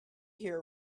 here